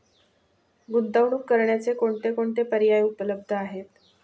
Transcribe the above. गुंतवणूक करण्याचे कोणकोणते पर्याय उपलब्ध आहेत?